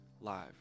live